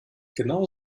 genau